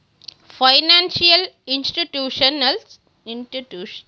financial ಇನ್ಸ್ಟಿಟ್ಯೂಷನ್ಸಗಳಿಂದ ಸಾಲ ಪಡೆದ ಹಣವನ್ನು ಬಾರೋಯಿಂಗ್ ಕ್ಯಾಪಿಟಲ್ ಅಂತ್ತಾರೆ